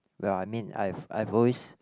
well I mean I've I've always